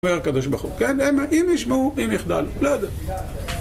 אם יישמעו, אם יחדלו, לא יודע